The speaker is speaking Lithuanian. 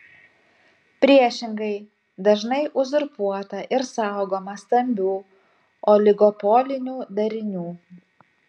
priešingai dažnai uzurpuota ir saugoma stambių oligopolinių darinių